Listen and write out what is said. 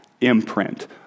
imprint